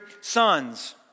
sons